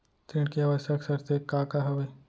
ऋण के आवश्यक शर्तें का का हवे?